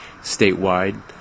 statewide